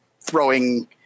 throwing